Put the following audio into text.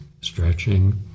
Stretching